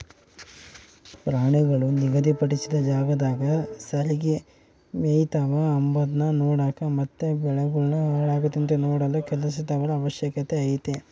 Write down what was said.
ಪ್ರಾಣಿಗಳು ನಿಗಧಿ ಪಡಿಸಿದ ಜಾಗದಾಗ ಸರಿಗೆ ಮೆಯ್ತವ ಅಂಬದ್ನ ನೋಡಕ ಮತ್ತೆ ಬೆಳೆಗಳನ್ನು ಹಾಳಾಗದಂತೆ ನೋಡಲು ಕೆಲಸದವರ ಅವಶ್ಯಕತೆ ಐತೆ